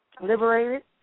Liberated